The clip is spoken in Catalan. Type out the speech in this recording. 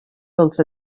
dels